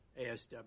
ASW